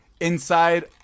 inside